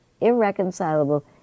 irreconcilable